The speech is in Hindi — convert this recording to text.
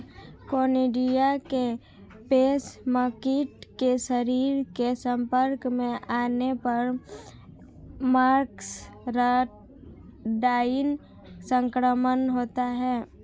कोनिडिया के रेशमकीट के शरीर के संपर्क में आने पर मस्करडाइन संक्रमण होता है